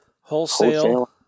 wholesale